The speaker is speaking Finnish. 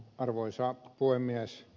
arvoisa puhemies